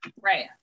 Right